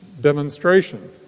demonstration